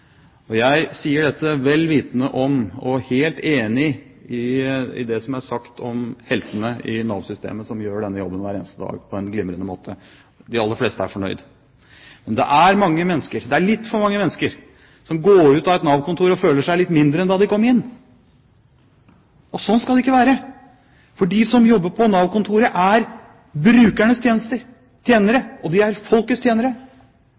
oppførsel. Jeg sier dette vel vitende om, og jeg er helt enig i det som er sagt om dem, at heltene i Nav-systemet gjør denne jobben hver eneste dag på en glimrende måte, de aller fleste er fornøyd. Men det er mange mennesker – det er litt for mange mennesker – som går ut av et Nav-kontor og føler seg litt mindre enn da de kom inn. Slik skal det ikke være, for de som jobber på Nav-kontoret, er brukernes tjenere, de er folkets tjenere,